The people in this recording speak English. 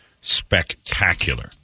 spectacular